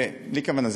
בלי כוונה,